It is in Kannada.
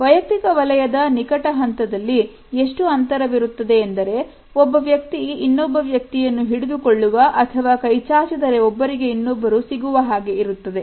ವೈಯಕ್ತಿಕ ವಲಯದ ನಿಕಟ ಹಂತದಲ್ಲಿ ಎಷ್ಟು ಅಂತರವಿರುತ್ತದೆ ಎಂದರೆ ಒಬ್ಬ ವ್ಯಕ್ತಿ ಇನ್ನೊಬ್ಬ ವ್ಯಕ್ತಿಯನ್ನು ಹಿಡಿದುಕೊಳ್ಳುವ ಅಥವಾ ಕೈಚಾಚಿದರೆ ಒಬ್ಬರಿಗೆ ಇನ್ನೊಬ್ಬರು ಸಿಗುವ ಹಾಗೆ ಇರುತ್ತದೆ